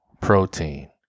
protein